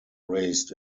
raced